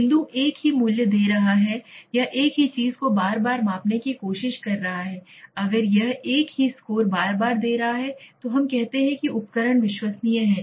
बिंदु एक ही मूल्य दे रहा है या एक ही चीज़ को बार बार मापने की कोशिश कर रहा है अगर यह एक ही स्कोर बार बार दे रहा है तो हम कहते हैं कि उपकरण विश्वसनीय है